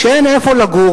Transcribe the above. כשאין איפה לגור,